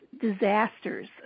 disasters